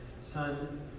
son